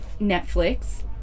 netflix